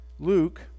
Luke